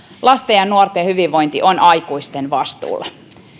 lasten ja nuorten hyvinvointi on aikuisten vastuulla